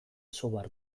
software